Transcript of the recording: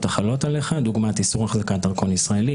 החלות עליך (דוגמת איסור החזקת דרכון ישראלי,